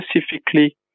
specifically